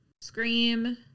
Scream